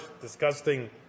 disgusting